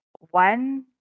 One